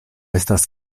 estas